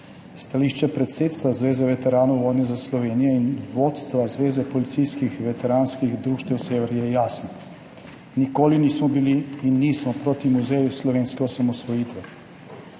»Stališče predsedstva Zveze veteranov vojne za Slovenijo in vodstva Zveze policijskih veteranskih društev Sever je jasno. Nikoli nismo bili in nismo proti Muzeju slovenske osamosvojitve.